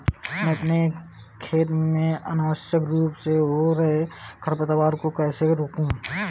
मैं अपने खेत में अनावश्यक रूप से हो रहे खरपतवार को कैसे रोकूं?